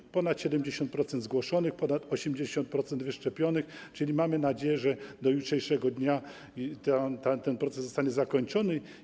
Jest ponad 70% zgłoszonych, ponad 80% wyszczepionych, więc mamy nadzieję, że do jutrzejszego dnia ten proces zostanie zakończony.